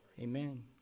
Amen